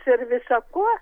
ir visa kuo